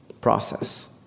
process